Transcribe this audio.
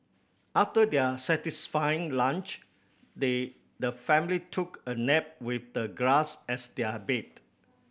after their satisfying lunch they the family took a nap with the grass as their bed